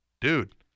Dude